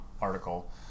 article